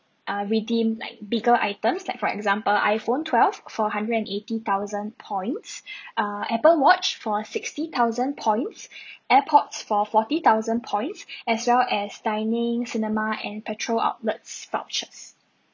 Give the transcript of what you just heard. uh redeem like bigger items like for example iphone twelve for a hundred and eighty thousand points uh apple watch for sixty thousand points airpods for forty thousand points as well as dining cinema and petrol outlets vouchers